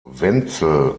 wenzel